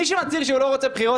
מי שמצהיר שלא רוצה בחירות,